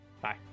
Bye